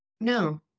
No